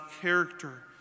character